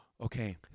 Okay